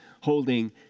holding